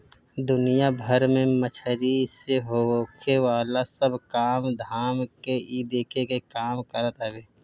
दुनिया भर में मछरी से होखेवाला सब काम धाम के इ देखे के काम करत हवे